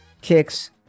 kicks